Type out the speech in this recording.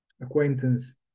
acquaintance